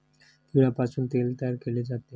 तिळापासून तेल तयार केले जाते